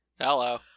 hello